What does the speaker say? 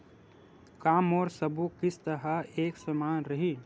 का मोर सबो किस्त ह एक समान रहि?